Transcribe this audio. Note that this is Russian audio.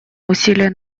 усилия